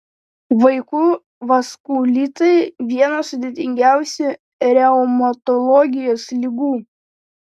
vaikų vaskulitai viena sudėtingiausių reumatologijos ligų